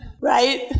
Right